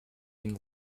been